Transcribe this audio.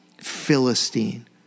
Philistine